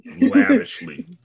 lavishly